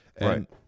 Right